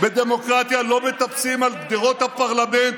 בדמוקרטיה לא מטפסים על גדרות הפרלמנט